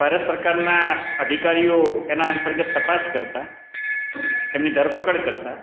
ભારત સરકારના અધિકારીઓ એના અંતર્ગત તપાસ કરતાં એમની ધરપકડ કરતાં